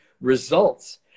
results